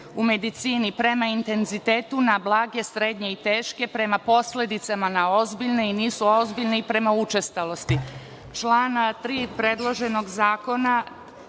u medicini, prema intenzitetu na blage, srednje i teške, prema posledicama na ozbiljne i nisu ozbiljne i prema učestalosti. Člana 3. predloženog zakona